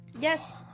Yes